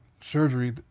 surgery